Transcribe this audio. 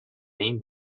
این